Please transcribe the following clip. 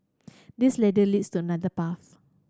this ladder leads to another path